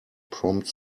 prompt